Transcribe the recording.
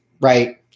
right